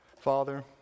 Father